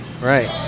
right